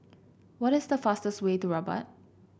what is the fastest way to Rabat